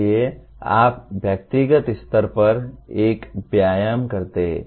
इसलिए आप व्यक्तिगत स्तर पर एक व्यायाम करते हैं